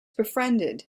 befriended